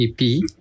EP